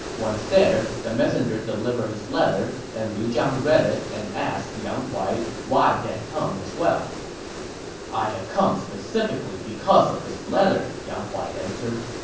once there, the messenger delivered his letter, and liu zhang read it and asked yang huai why he had come as well i have come specifically because of this letter, yang huai answered.